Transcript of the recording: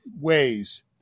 ways